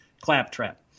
claptrap